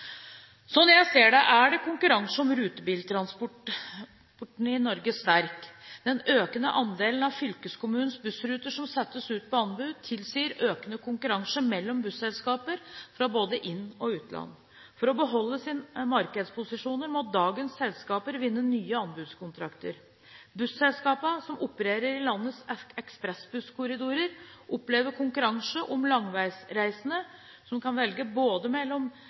jeg ser det, er konkurransen om rutebiltransporten i Norge sterk. Den økende andelen av fylkeskommunenes bussruter som settes ut på anbud, tilsier økende konkurranse mellom busselskaper fra både inn- og utland. For å beholde sine markedsposisjoner må dagens selskaper vinne nye anbudskontrakter. Busselskapene som opererer i landets ekspressbusskorridorer, opplever konkurranse om langveisfarende, som kan velge